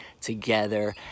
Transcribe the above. together